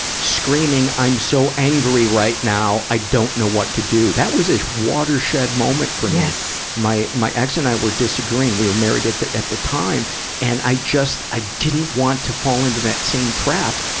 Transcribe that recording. screaming, i'm so angry right now, i don't know what to do. that was a watershed moment for me. yes! my, my ex and i were disagreeing we were married at the, at the time and i just, i didn't want to fall into that same trap.